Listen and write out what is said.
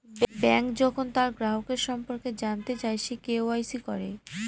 bank যখন তার গ্রাহকের সম্পর্কে জানতে চায়, সে কে.ওয়া.ইসি করে